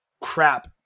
crap